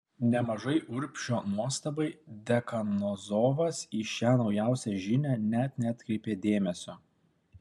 nemažai urbšio nuostabai dekanozovas į šią naujausią žinią net neatkreipė dėmesio